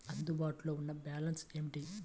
అందుబాటులో ఉన్న బ్యాలన్స్ ఏమిటీ?